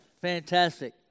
fantastic